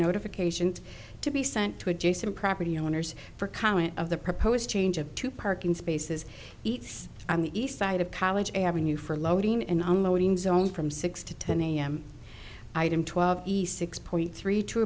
notification to be sent to adjacent property owners for comment of the proposed changes to parking spaces it's on the east side of college avenue for loading and unloading zone from six to ten am item twelve east six point three to